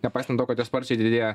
nepaisant to kad jos sparčiai didėja